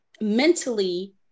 mentally